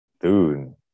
dude